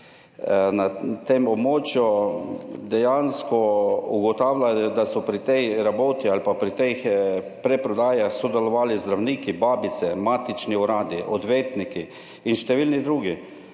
na tem območju dejansko ugotavljali, da so pri tej raboti ali pa pri teh preprodajah sodelovali zdravniki, babice, matični uradi, odvetniki in številni drugi,